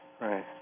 right